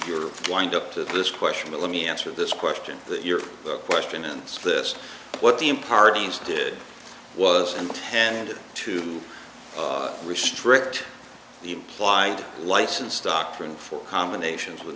your wind up to this question but let me answer this question but your question and this what the in parties did was intended to restrict the implied license doctrine for combinations with